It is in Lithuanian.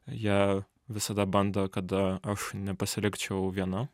jie visada bando kad a aš nepasilikčiau viena